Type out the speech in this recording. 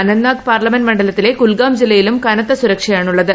Anantnag parliament മണ്ഡലത്തിലെ കുൽഗാം ജില്ലയിലും കനത്ത സുരക്ഷയാണുള്ളത്